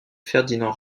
ferdinand